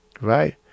right